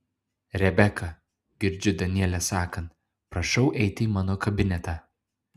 rebeka girdžiu danielę sakant prašau eiti į mano kabinetą